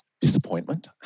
disappointment